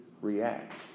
react